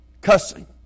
cussing